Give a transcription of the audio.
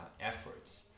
efforts